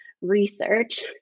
research